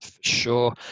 Sure